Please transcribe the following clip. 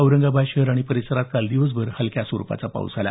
औरंगाबाद शहर आणि परिसरात काल दिवसभर हलक्या स्वरुपाचा पाऊस झाला